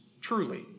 truly